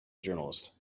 journalist